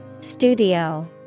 Studio